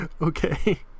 Okay